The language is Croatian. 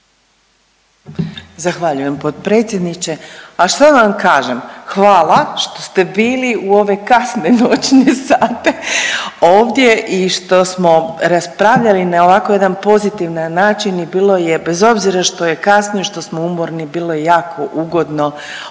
Zahvaljujem potpredsjedniče. A šta da vam kažem, hvala što ste bili u ove kasne noćne sate ovdje i što smo raspravljali na ovako jedan pozitivan način i bilo je, bez obzira što je kasno i što smo umorni, bilo je jako ugodno